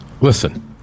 Listen